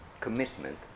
commitment